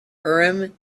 urim